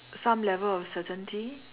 some level of certainty